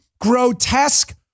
grotesque